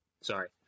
Sorry